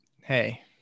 hey